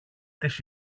της